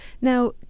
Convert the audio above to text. Now